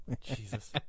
Jesus